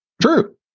True